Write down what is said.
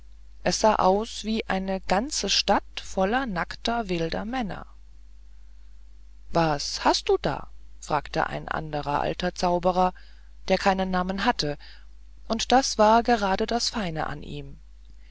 es sah aus wie eine ganze stadt voller nackter wilder männer was hast du da fragte ein anderer alter zauberer der keinen namen hatte und das war gerade das feine an ihm